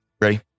ready